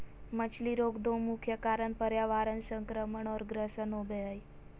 मछली रोग दो मुख्य कारण पर्यावरण संक्रमण और ग्रसन होबे हइ